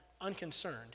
unconcerned